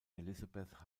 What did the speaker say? elizabeth